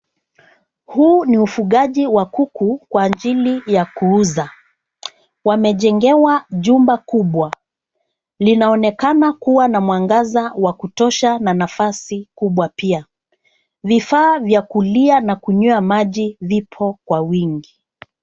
Huu ni ufugaji wa kuku kwa ajili ya kuuza. Wamejengewa jumba kubwa. Linaonekana kuwa na mwangaza wa kutosha na nafasi kubwa pia. Vifaa vya kulia na kunywea maji vipo kwa wingi.